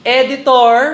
editor